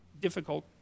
difficult